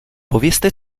povězte